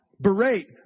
berate